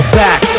back